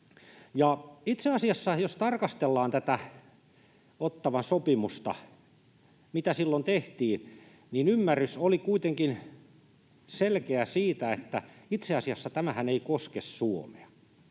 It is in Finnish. outo tilanne. Jos tarkastellaan tätä Ottawan sopimusta ja mitä silloin tehtiin, niin ymmärrys oli kuitenkin selkeästi sellainen, että tämähän ei itse asiassa